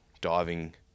diving